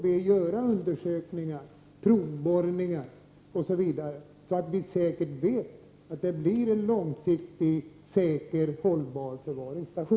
Vi måste låta SKB utföra provborrningar och göra andra undersökningar, så att vi säkert vet att det blir en säker och hållbar förvaringsstation.